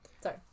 sorry